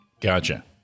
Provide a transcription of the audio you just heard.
Gotcha